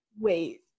Wait